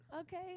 Okay